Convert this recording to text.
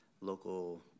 local